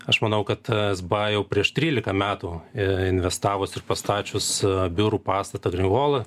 aš manau kad tas buvo jau prieš trylika metų investavus ir pastačius biurų pastatą rivol